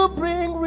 bring